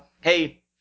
hey